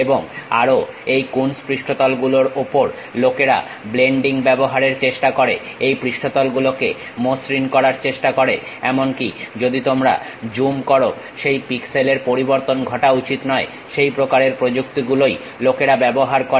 এবং আরো এই কুনস পৃষ্ঠতল গুলোর উপর লোকেরা ব্লেন্ডিং ব্যবহারের চেষ্টা করে এই পৃষ্ঠতল গুলোকে মসৃণ করার চেষ্টা করে এবং এমনকি যদি তোমরা জুম করো সেই পিক্সেলের পরিবর্তন ঘটা উচিত নয় সেই প্রকারের প্রযুক্তিগুলোই লোকেরা ব্যবহার করে